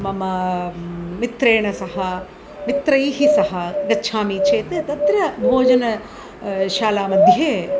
मम मित्रैः सह मित्रैः सह गच्छामि चेत् तत्र भोजनशालामध्ये